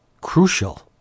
crucial